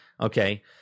Okay